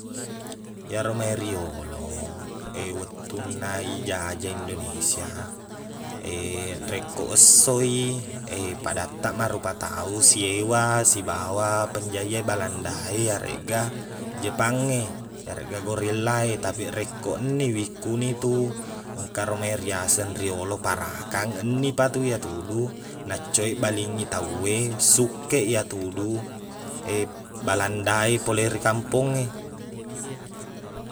Iyaromai riyolo wettunna ijajai indonesia rekko esso i padattaq marupa tau siewa sibawa panjajae belandae iyareqga jepang e iyareqga gorilla e tapiq rekko enniwi kunitu engkaromai riaseng riyolo parakang ennipatu iyatudu naccoeq balingngi tauwe sukkeq iyatudu belanda e pole ri kampongnge